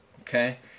okay